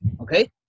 Okay